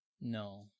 no